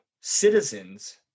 citizens